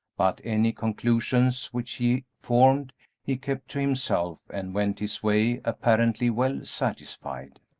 but any conclusions which he formed he kept to himself and went his way apparently well satisfied.